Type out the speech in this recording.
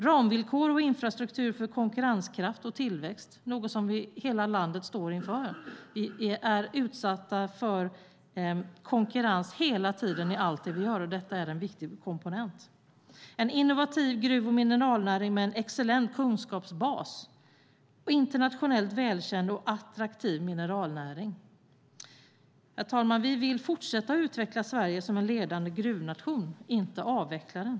Ramvillkor och infrastruktur för konkurrenskraft och tillväxt, något som hela landet står inför. Vi är utsatta för konkurrens hela tiden i allt vi gör, och detta är en viktig komponent. En innovativ gruv och mineralnäring med en excellent kunskapsbas. En internationellt välkänd och attraktiv mineralnäring. Herr talman! Vi vill fortsätta att utveckla Sverige som en ledande gruvnation, inte avveckla den.